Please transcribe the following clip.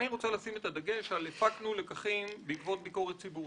אני רוצה לשים את הדגש על "הפקנו לקחים בעקבות ביקורת ציבורית".